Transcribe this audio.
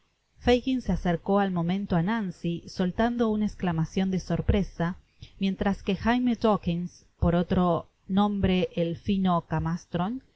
fagin se acercó al momento á nancy soltando una esclamacion de sorpresa mientras que jaime dawkins por otro nombre el í